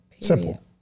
Simple